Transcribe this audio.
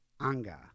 anga